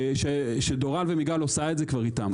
שדוראל כבר עושה את זה איתם,